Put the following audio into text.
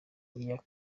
iyo